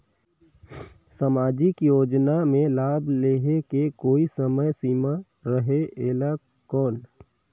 समाजिक योजना मे लाभ लहे के कोई समय सीमा रहे एला कौन?